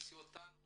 תכניסי אותנו